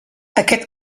aquest